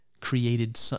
created